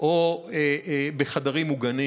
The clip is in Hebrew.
או בחדרים מוגנים.